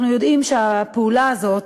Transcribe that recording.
אנחנו יודעים שהפעולה הזאת